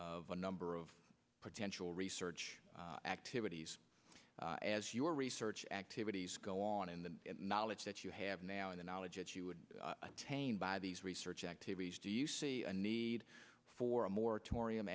of a number of potential research activities as your research activities go on and the knowledge that you have now and the knowledge that you would taint by these research activities do you see a need for a moratori